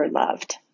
loved